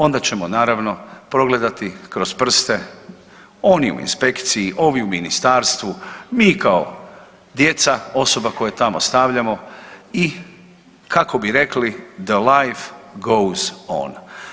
Onda ćemo naravno progledati kroz prste oni u inspekciji, ovi u ministarstvu, mi kao djeca osoba koje tamo ostavljamo i kako bi rekli The life goes on.